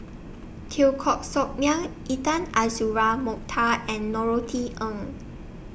Teo Koh Sock Miang Intan Azura Mokhtar and Norothy Ng